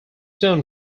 soon